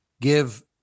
Give